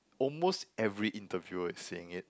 almost every interview was saying it